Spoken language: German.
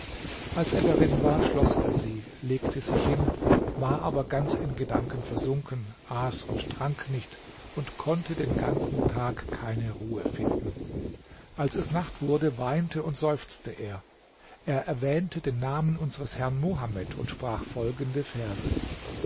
als er darin war schloß er sie legte sich hin war aber ganz in gedanken versunken aß und trank nicht und konnte den ganzen tag keine ruhe finden als es nacht wurde weinte und seufzte er er erwähnte den namen unseres herrn mohammed und sprach folgende verse